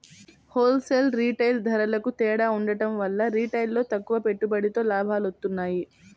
whole sale, retail ధరలకూ తేడా ఉండటం వల్ల రిటైల్లో తక్కువ పెట్టుబడితో లాభాలొత్తన్నాయి